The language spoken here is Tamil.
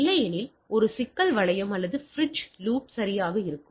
இல்லையெனில் ஒரு சிக்கல் வளையம் அல்லது பிரிட்ஜ் லூப் சரியாக இருக்கும்